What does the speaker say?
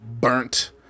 burnt